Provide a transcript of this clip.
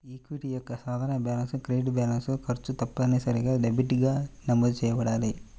equity యొక్క సాధారణ balance credit balance, ఖర్చు తప్పనిసరిగా డెబిట్గా నమోదు చేయబడాలి